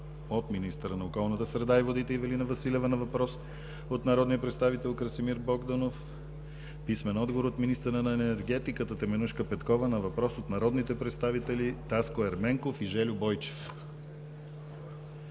от министъра на околната среда и водите Ивелина Василева на въпрос от народния представител Красимир Богданов; - писмен отговор от министъра на енергетиката Теменужка Петкова на въпрос от народните представители Таско Ерменков и Жельо Бойчев;